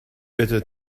better